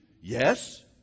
Yes